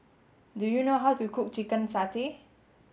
do you know how to cook chicken satay